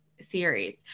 series